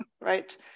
right